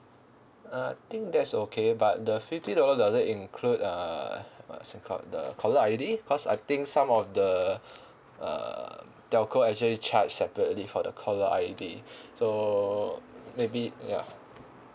I think that's okay but the fifty dollar does it include uh what's it called the caller I_D cause I think some of the uh telco actually charge separately for the caller I_D so maybe ya